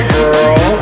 girl